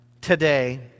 today